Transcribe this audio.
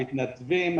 המתנדבים,